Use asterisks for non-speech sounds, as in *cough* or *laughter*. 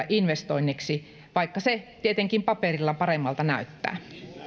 *unintelligible* investoinneiksi vaikka se tietenkin paperilla paremmalta näyttää